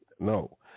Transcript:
No